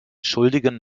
schuldigen